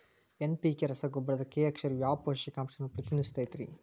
NPK ರಸಗೊಬ್ಬರದಾಗ K ಅಕ್ಷರವು ಯಾವ ಪೋಷಕಾಂಶವನ್ನ ಪ್ರತಿನಿಧಿಸುತೈತ್ರಿ?